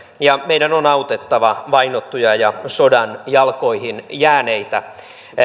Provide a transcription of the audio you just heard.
meidän on autettava vainottuja ja sodan jalkoihin jääneitä